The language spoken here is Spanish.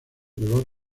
color